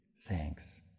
thanks